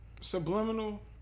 subliminal